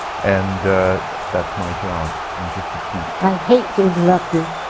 and that's my job, and just to keep i hate to interrupt you.